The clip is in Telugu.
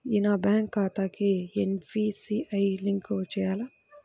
నా బ్యాంక్ ఖాతాకి ఎన్.పీ.సి.ఐ లింక్ చేయాలా?